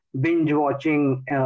binge-watching